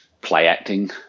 play-acting